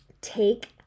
Take